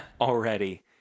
already